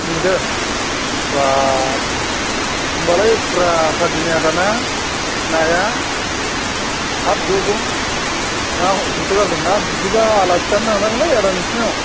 मोन्दों बा होम्बालाय फुराखा दिनै आदा ना नाया हाब ज' ज' ना हमसोगारदों ना बिदिबा आलासि जानो थांनांगोनलै आदा नोंसिनाव